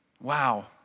wow